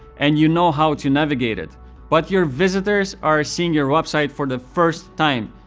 and you know how to navigate it but your visitors are seeing your website for the first time.